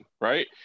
Right